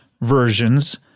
versions